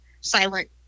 silent